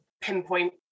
pinpoint